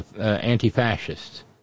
anti-fascists